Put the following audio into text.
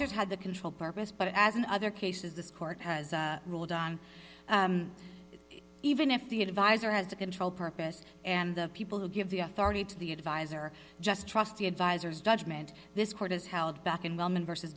advisors had the control purpose but as in other cases this court has ruled on even if the advisor has to control purpose and the people who give the authority to the advisor just trust the advisors judgment this court is held back in wellman versus